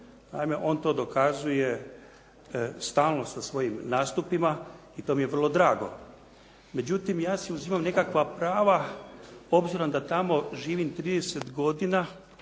Naime, on to dokazuje stalno sa svojim nastupima i to mi je vrlo drago. Međutim, ja si uzimam nekakva prava obzirom da tamo živim 30 godina,